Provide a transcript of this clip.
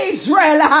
Israel